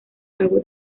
pago